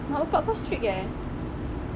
mak bapak kau strict eh